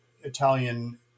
Italian